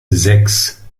sechs